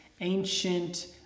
ancient